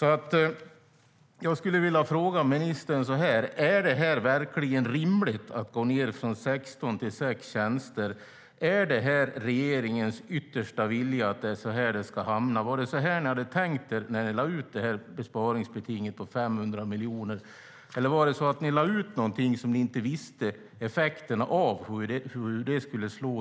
Är det verkligen rimligt att gå ned från 16 till 6 tjänster? Är det regeringens yttersta vilja att det ska bli så? Hade ni tänkt er det när ni lade ut besparingsbetinget på 500 miljoner, eller lade ni ut något som ni inte visste effekterna av